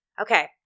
Okay